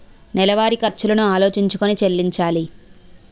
నెలవారి ఖర్చులను ఆలోచించుకొని చెల్లించాలి